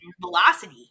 velocity